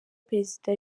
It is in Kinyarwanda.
perezida